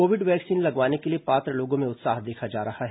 Covid vaccine लगवाने के लिए पात्र लोगों में उत्साह देखा जा रहा है